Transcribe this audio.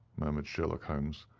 murmured sherlock holmes.